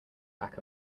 back